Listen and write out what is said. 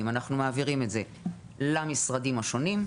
אנחנו מעבירים את זה למשרדים השונים,